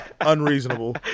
Unreasonable